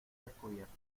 descubierto